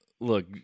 look